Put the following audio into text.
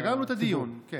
סגרנו את הדיון, כן.